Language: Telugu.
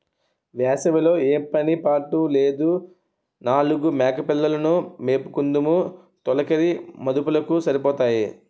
వేసవి లో ఏం పని పాట లేదు నాలుగు మేకపిల్లలు ను మేపుకుందుము తొలకరి మదుపులకు సరిపోతాయి